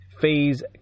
Fees